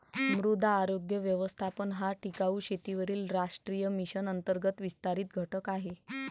मृदा आरोग्य व्यवस्थापन हा टिकाऊ शेतीवरील राष्ट्रीय मिशन अंतर्गत विस्तारित घटक आहे